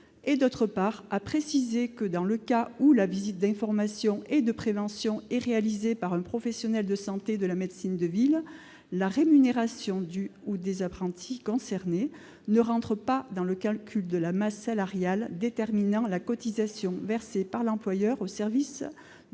et, d'autre part, à préciser que, dans le cas où la visite d'information et de prévention est réalisée par un professionnel de santé de la médecine de ville, la rémunération des apprentis concernés n'entre pas dans le calcul de la masse salariale déterminant la cotisation versée par l'employeur au service de santé au travail.